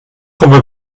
coma